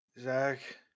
Zach